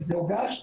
זה הוגש ב-2018,